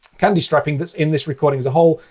candy striping that's in this recording as a whole.